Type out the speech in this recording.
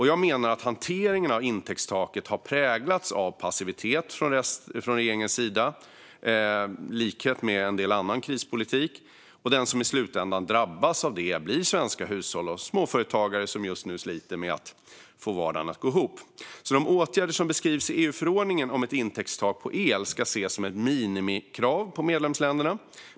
Jag menar att hanteringen av intäktstaket har präglats av passivitet från regeringens sida, i likhet med en del annan krispolitik. De som i slutändan drabbas av detta blir svenska hushåll och småföretagare, som just nu sliter med att få vardagen att gå ihop. De åtgärder som beskrivs i EU-förordningen om ett intäktstak på el ska ses som ett minimikrav på medlemsländerna.